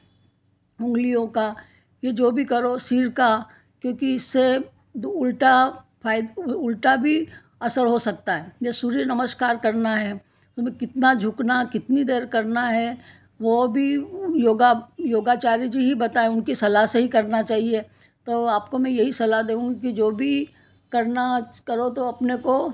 उंगलियों का की जो भी करो सिर का क्योंकि इससे उल्टा फा उल्टा भी असर हो सकता है या सूर्य नमस्कार करना है तो भी कितना झुकना कितनी देर करना है वह भी योगा योगाचार्य जी ही बताएँ उनकी सलाह से ही करना चाहिए तो आपको मैं यही सलाह दूँगी कि जो भी करना करो तो अपने को